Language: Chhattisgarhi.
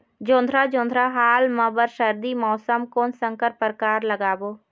जोंधरा जोन्धरा हाल मा बर सर्दी मौसम कोन संकर परकार लगाबो?